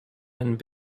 and